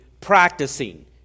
practicing